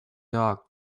dog